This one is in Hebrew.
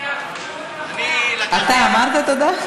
אמרת תודה?